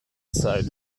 sells